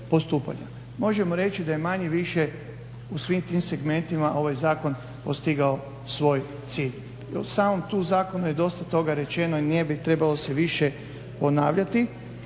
Možemo reći da je manje-više u svim tim segmentima ovaj zakon postigao svoj cilj. I u samom tu zakonu je dosta toga rečeno i ne bih trebalo se više ponavljati.